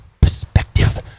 perspective